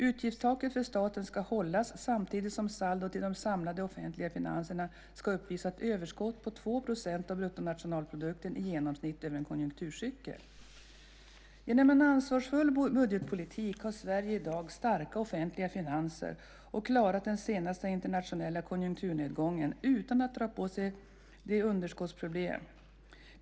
Utgiftstaken för staten ska hållas samtidigt som saldot i de samlade offentliga finanserna ska uppvisa ett överskott på 2 % av bruttonationalprodukten i genomsnitt över en konjunkturcykel. Genom en ansvarsfull budgetpolitik har Sverige i dag starka offentliga finanser och har klarat den senaste internationella konjunkturnedgången utan att dra på sig underskottsproblem.